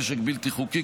נשק בלתי חוקי,